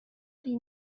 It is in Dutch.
die